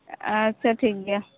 ᱟᱪᱪᱷᱟ ᱴᱷᱤᱠᱜᱮᱭᱟ